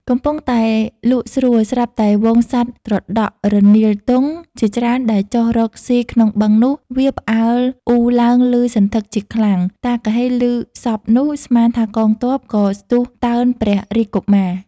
កំពុងតែលក់ស្រួល ស្រាប់តែហ្វូងសត្វត្រដក់ រនៀលទង់ ជាច្រើនដែលចុះរកស៊ីក្នុងបឹងនោះ វាផ្អើលអ៊ូរឡើងឭសន្ធឹកជាខ្លាំង តាគហ៊េឮសព្ទនោះ ស្មានថាកងទ័ព ក៏ស្ទុះតើនព្រះរាជកុមារ។